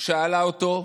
שאלה אותו,